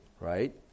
right